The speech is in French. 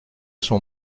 son